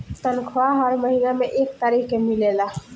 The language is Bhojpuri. तनखाह हर महीना में एक तारीख के मिलेला